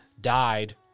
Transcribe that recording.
died